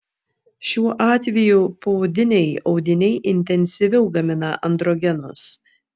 šiuo atveju poodiniai audiniai intensyviau gamina androgenus